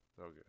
Okay